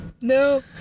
No